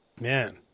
Man